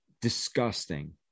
disgusting